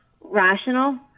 rational